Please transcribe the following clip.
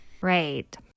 Right